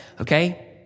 okay